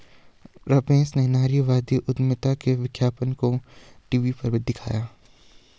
रमेश ने नारीवादी उधमिता के विज्ञापन को टीवी पर देखा